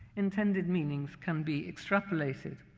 intended meanings can be extrapolated.